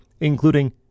including